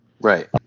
Right